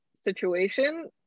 situation